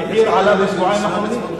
המחיר עלה בשבועיים האחרונים.